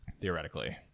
theoretically